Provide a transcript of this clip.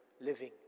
living